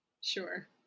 Sure